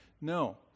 no